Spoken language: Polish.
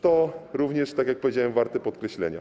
To również, tak jak powiedziałem, warte podkreślenia.